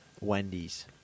Wendy's